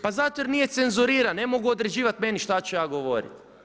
Pa zato jer nije cenzuriran, ne mogu određivati meni šta ću ja govoriti.